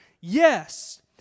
Yes